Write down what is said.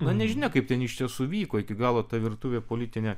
na nežinia kaip ten iš tiesų vyko iki galo ta virtuvė politinė